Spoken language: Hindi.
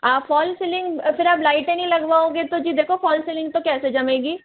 आप फॉल सीलिंग फिर आप लाइटें नहीं लगाओगे तो जी देखो फॉल सीलिंग तो कैसे जमेगी